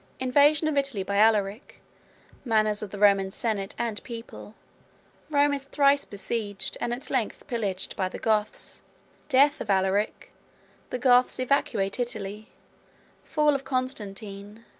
invasion of italy by alaric manners of the roman senate and people rome is thrice besieged, and at length pillaged, by the goths death of alaric the goths evacuate italy fall of constantine